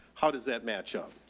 how does that match up?